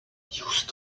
used